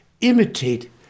imitate